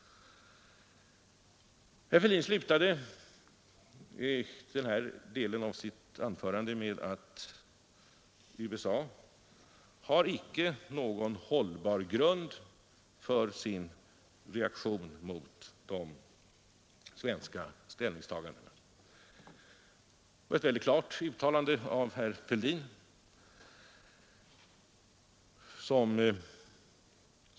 21 mars 1973 Herr Fälldin slutade denna del av sitt anförande med att säga att USA ————— icke har någon hållbar grund för sin reaktion mot de svenska ställnings Utrikes-, handelstagandena. Det var ett mycket klart uttalande av herr Fälldin.